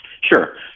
Sure